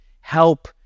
help